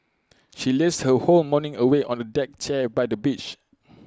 she lazed her whole morning away on A deck chair by the beach